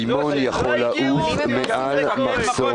רימון יכול לעוף מעל מחסום לחץ.